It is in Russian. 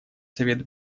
совет